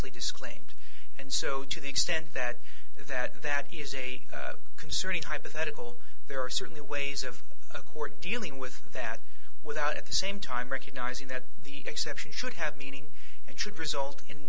disclaimed and so to the extent that that that is a concern and hypothetical there are certainly ways of a court dealing with that without at the same time recognizing that the exception should have meaning and should result in